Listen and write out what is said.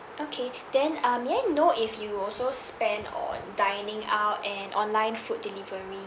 okay then uh may I know if you also spend on dining out and online food delivery